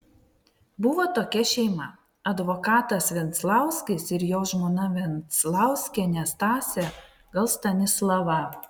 buvo tokia šeima advokatas venclauskis ir jo žmona venclauskienė stasė gal stanislava